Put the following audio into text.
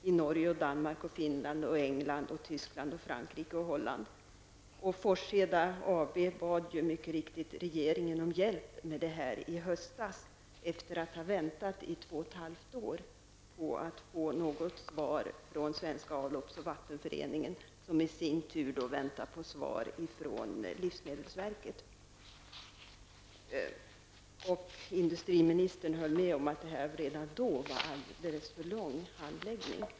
Det gäller Norge, Danmark, Finland, England, bad mycket riktigt i höstas regeringen om hjälp med detta efter att man hade väntat i två och ett halvt år på att få något svar från Svenska vatten och avloppsverksföreningen, som i sin tur väntar på svar från livsmedelsverket. Industriministern höll redan då med om att handläggningstiden var alldeles för lång.